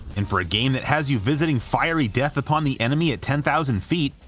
and for a game that has you visiting fiery death upon the enemy at ten thousand feet,